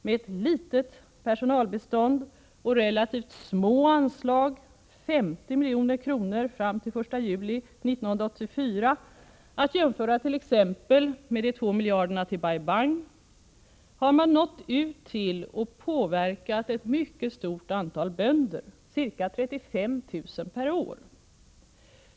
Med ett litet personalbistånd och relativt små anslag — 50 milj.kr. fram till den 1 juli 1984, att jämföra t.ex. med de 2 miljarderna till Bai Bang — har man nått ut till och påverkat ett mycket stort antal bönder, ca 35 000 per år.